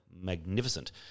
magnificent